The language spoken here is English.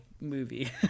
movie